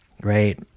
right